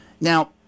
Now